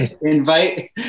invite